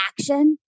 action